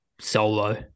solo